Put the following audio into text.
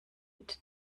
mit